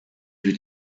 with